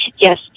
yes